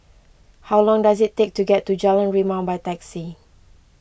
how long does it take to get to Jalan Rimau by taxi